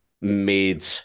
made